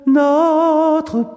notre